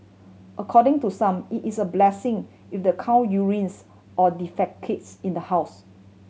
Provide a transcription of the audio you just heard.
according to some it is a blessing if the cow urinates or defecates in the house